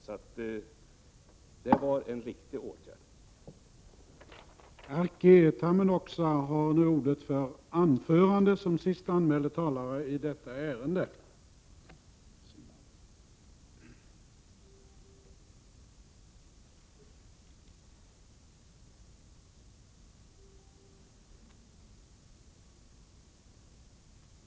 Det är alltså en riktig åtgärd som vi har företagit.